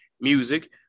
music